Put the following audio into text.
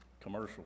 commercial